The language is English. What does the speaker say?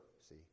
See